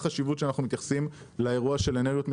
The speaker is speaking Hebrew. חשיבות שאנחנו מייחסים לאירוע של אנרגיות מתחדשות.